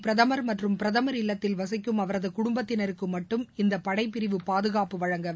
பிரதமர் மற்றும் பிரதமர் இல்லத்தில் வசிக்கும் அவரது குடும்பத்தினருக்கு மட்டும் இந்த படைப்பிரிவு பாதுகாப்பு வழங்க வகை செய்யப்பட்டுள்ளது